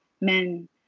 men